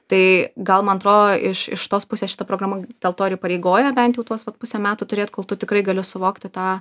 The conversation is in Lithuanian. tai gal man atro iš iš tos pusės šita programa dėl to ir įpareigoja bent jau tuos vat pusę metų turėt kol tu tikrai gali suvokti tą